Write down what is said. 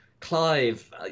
Clive